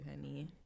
honey